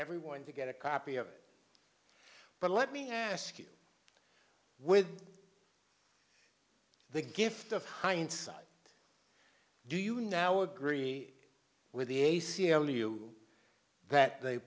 everyone to get a copy of but let me ask you with the gift of hindsight do you now agree with the a c l u that the